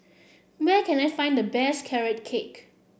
where can I find the best Carrot Cake